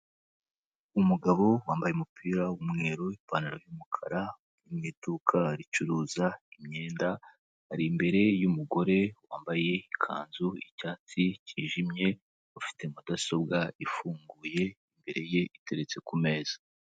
Umugabo wambaye umupira w'umweru, ipantaro y'umukara uri mu iduka ricuruza imyenda, ari imbere y'umugore wambaye ikanzu y'icyatsi cyijimye ufite mudasobwa ifunguye imbere ye iteretse ku meza.